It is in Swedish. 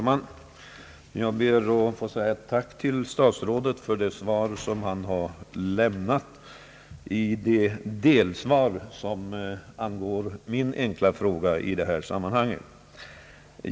Herr talman! Jag ber att få säga tack till statsrådet för den del av svaret som avser min enkla fråga.